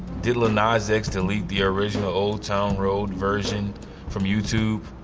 did lil nas x delete the original old town road version from youtube?